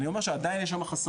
אני אומר שעדיין יש שם חסמים,